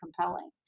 compelling